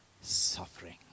suffering